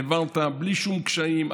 העברת בלי שום קשיים,